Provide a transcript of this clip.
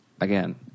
again